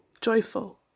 joyful